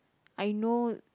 I know